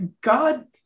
God